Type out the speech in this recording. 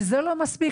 זה לא מספיק.